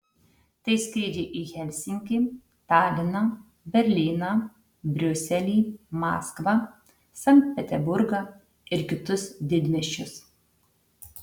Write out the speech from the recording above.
tai skrydžiai į helsinkį taliną berlyną briuselį maskvą sankt peterburgą ir kitus didmiesčius